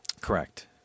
Correct